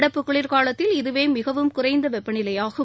நடப்பு குளிர்காலத்தில் இதுவே மிகவும் குறைந்த வெப்ப நிலையாகும்